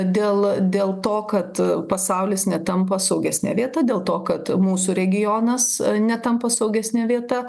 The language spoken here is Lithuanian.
dėl dėl to kad pasaulis netampa saugesne vieta dėl to kad mūsų regionas netampa saugesne vieta